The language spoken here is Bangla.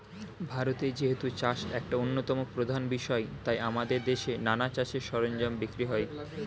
ভারতে যেহেতু চাষ একটা অন্যতম প্রধান বিষয় তাই আমাদের দেশে নানা চাষের সরঞ্জাম বিক্রি হয়